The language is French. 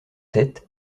tête